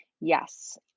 Yes